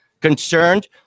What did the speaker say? concerned